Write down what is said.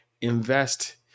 invest